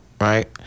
right